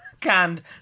canned